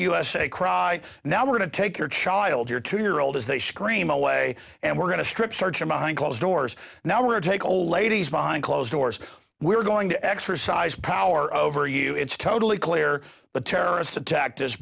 usa cry now we're going to take your child your two year old as they scream away and we're going to strip search of behind closed doors now or take old ladies behind closed doors we're going to exercise power over you it's totally clear the terrorist attack